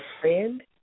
friend